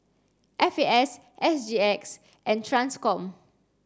F A S S G X and TRANSCOM